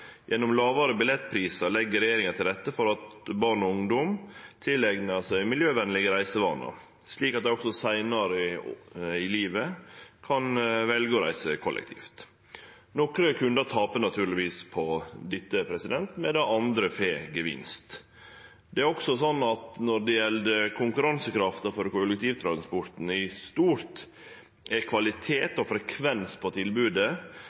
Gjennom lågare billettprisar legg regjeringa til rette for at barn og ungdom tileignar seg miljøvenlege reisevanar, slik at dei også seinare i livet kan velje å reise kollektivt. Nokre kundar taper naturlegvis på dette, medan andre får gevinst. Det er også slik at når det gjeld konkurransekrafta for kollektivtransporten i stort, er kvalitet og frekvens på tilbodet